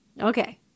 Okay